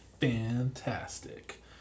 Fantastic